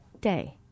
day